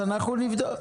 אז אנחנו נבדוק,